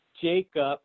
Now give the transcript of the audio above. Jacob